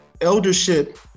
Eldership